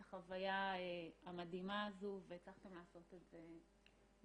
את החוויה המדהימה הזו והצלחתם לעשות את זה ובגדול.